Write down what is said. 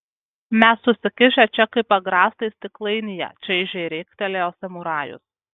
mes susikišę čia kaip agrastai stiklainyje čaižiai riktelėjo samurajus